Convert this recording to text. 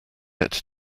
ate